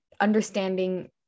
understanding